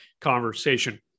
conversation